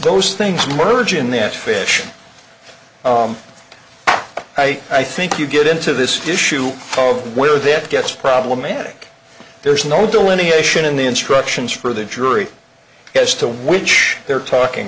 those things merge in that fish i i think you get into this issue where that gets problematic there's no delineation in the instructions for the jury as to which they're talking